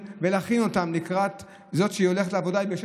ולהכין אותם לקראת זה שהיא הולכת לעבודה,